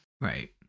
Right